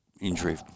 injury